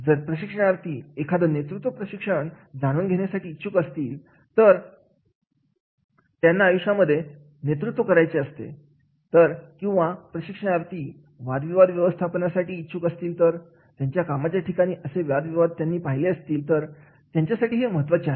जर प्रशिक्षणार्थी एखादं नेतृत्व प्रशिक्षण जाणून घेण्यासाठी इच्छुक असतील तर कारण त्यांना आयुष्यामध्ये नेतृत्व करायचे असेल तर किंवा प्रशिक्षणार्थी वाद विवाद व्यवस्थापनासाठी इच्छुक असतील तर त्यांच्या कामाच्या ठिकाणी असे वाद विवाद त्यांनी पाहिले असतील तर त्यांच्यासाठी हे खूप महत्त्वाचे आहे